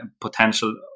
potential